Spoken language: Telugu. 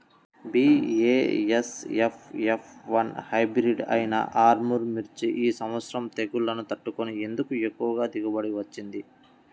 బీ.ఏ.ఎస్.ఎఫ్ ఎఫ్ వన్ హైబ్రిడ్ అయినా ఆర్ముర్ మిర్చి ఈ సంవత్సరం తెగుళ్లును తట్టుకొని ఎందుకు ఎక్కువ దిగుబడి ఇచ్చింది?